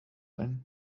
ein